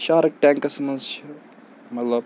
shark ٹٮ۪نٛکَس منٛز چھِ مطلب